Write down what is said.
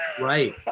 right